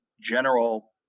general